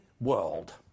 world